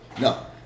No